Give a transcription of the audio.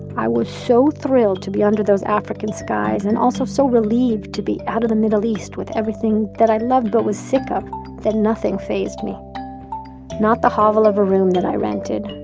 i was so thrilled to be under those african skies, and also so relieved to be out of the middle east with everything that i loved but was sick of that nothing fazed me not the hovel of a room that i rented.